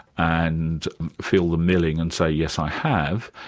and feel the milling and say, yes, i have'.